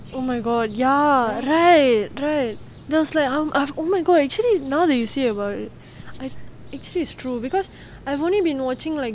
oh my god ya right right there's like I'm oh my god actually now you say about it I actually it's true because I've only been watching like